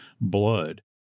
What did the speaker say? blood